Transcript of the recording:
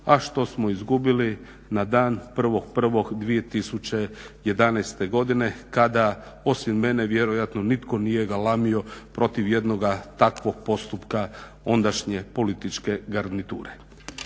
a što smo izgubili na dan 1.1.2011. godine kada osim mene vjerojatno nitko nije galamio protiv jednoga takvog postupka ondašnje političke garniture.